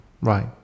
Right